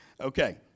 Okay